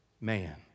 Man